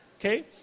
Okay